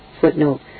Footnote